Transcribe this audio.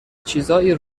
چیزایی